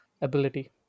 ability